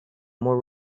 more